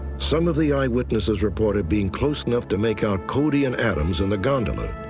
some of the eyewitnesses reported being close enough to make out cody and adams in the gondola.